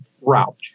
route